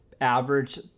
average